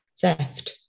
theft